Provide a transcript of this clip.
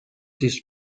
his